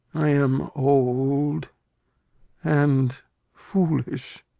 i am old and foolish.